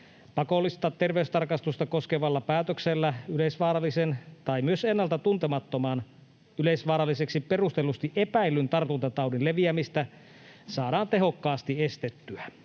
Pakollista terveystarkastusta koskevalla päätöksellä yleisvaarallisen tai myös ennalta tuntemattoman, yleisvaaralliseksi perustellusti epäillyn tartuntataudin leviämistä saadaan tehokkaasti estettyä.